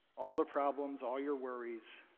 all the problems, all your worries,